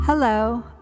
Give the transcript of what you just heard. Hello